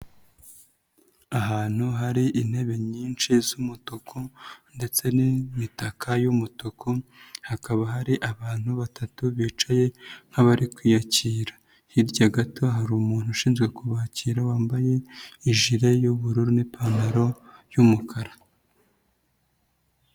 Ahantu hari intebe nyinshi z'umutuku ndetse n'imitaka y'umutuku hakaba hari abantu batatu bicaye nk'abari kwiyakira, hirya gato hari umuntu ushinjzwe kubakira wambaye ijire y'ubururu n'ipantaro y'umukara.